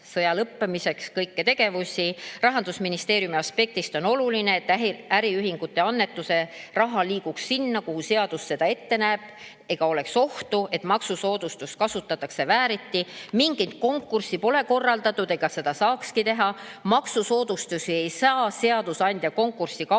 sõja lõppemiseks kõiki tegevusi. Rahandusministeeriumi aspektist on oluline, et äriühingute annetuse raha liiguks sinna, kuhu seadus seda ette näeb, ega oleks ohtu, et maksusoodustust kasutatakse vääriti. Mingit konkurssi pole korraldatud ega seda saakski teha. Maksusoodustusi ei sea seadusandja konkursi kaudu.